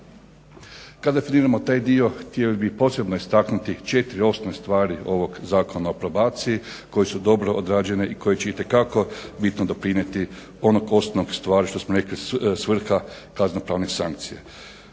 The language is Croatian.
Kada definiramo taj dio htio bih posebno istaknuti četiri osnovne stvari ovog Zakona o probaciji koje su dobro odrađene i koje će itekako bitno doprinijeti onoj osnovnoj stvari što smo rekli svrha kazneno-pravne sankcije.